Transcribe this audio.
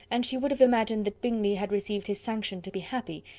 and she would have imagined that bingley had received his sanction to be happy,